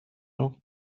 nhw